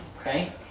Okay